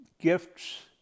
gifts